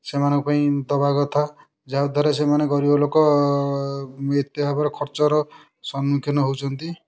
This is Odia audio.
ସେମାନଙ୍କ ପାଇଁ ଦେବା କଥା ଯାହାଦ୍ୱାରା ସେମାନେ ଗରିବ ଲୋକ ଏତେ ଭାବରେ ଖର୍ଚ୍ଚର ସମ୍ମୁଖୀନ ହେଉଛନ୍ତି